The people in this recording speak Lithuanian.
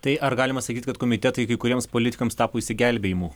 tai ar galima sakyt kad komitetai kai kuriems politikams tapo išsigelbėjimu